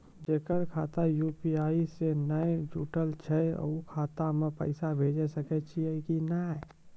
जेकर खाता यु.पी.आई से नैय जुटल छै उ खाता मे पैसा भेज सकै छियै कि नै?